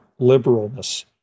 liberalness